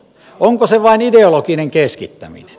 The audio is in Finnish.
onko se vain ideologinen keskittäminen